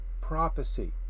prophecy